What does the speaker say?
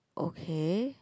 okay